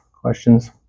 questions